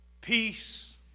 peace